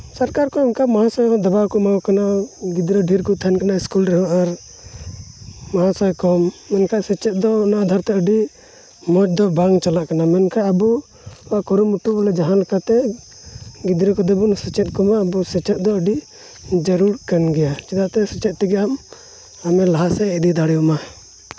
ᱥᱚᱨᱠᱟᱨ ᱠᱚ ᱚᱱᱠᱟ ᱢᱚᱬᱮ ᱥᱟᱭ ᱜᱤᱫᱽᱨᱟᱹ ᱰᱷᱮᱹᱨ ᱠᱚ ᱛᱟᱦᱮᱱ ᱠᱟᱱᱟ ᱥᱠᱩᱞ ᱨᱮᱦᱚᱸ ᱟᱨ ᱢᱚᱦᱟᱥᱚᱭ ᱠᱚ ᱢᱮᱱᱠᱷᱟᱱ ᱥᱮᱪᱮᱫ ᱫᱚ ᱱᱚᱣᱟ ᱟᱫᱷᱟᱨ ᱛᱮ ᱟᱹᱰᱤ ᱢᱚᱡᱽ ᱫᱚ ᱵᱟᱝ ᱪᱟᱞᱟᱜ ᱠᱟᱱᱟ ᱢᱮᱱᱠᱷᱟᱱ ᱟᱵᱚ ᱠᱩᱨᱩᱢᱩᱴᱩ ᱢᱟᱱᱮ ᱡᱟᱦᱟᱸ ᱞᱮᱠᱟᱛᱮ ᱜᱤᱫᱽᱨᱟᱹ ᱠᱚᱫᱚ ᱵᱚᱱ ᱥᱮᱪᱮᱫ ᱠᱚᱢᱟ ᱟᱵᱚ ᱥᱮᱪᱮᱫ ᱫᱚ ᱟᱹᱰᱤ ᱡᱟᱹᱨᱩᱲ ᱠᱟᱱ ᱜᱮᱭᱟ ᱪᱤᱠᱟᱹᱛᱮ ᱥᱮᱪᱮᱫ ᱛᱮᱜᱮ ᱟᱢ ᱟᱢᱮ ᱞᱟᱦᱟ ᱥᱮᱫ ᱤᱫᱤ ᱫᱟᱲᱮᱭᱟᱢᱟ